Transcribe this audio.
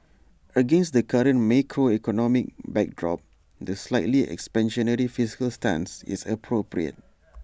against the current macroeconomic backdrop the slightly expansionary fiscal stance is appropriate